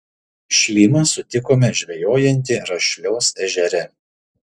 šlymą sutikome žvejojantį rašios ežere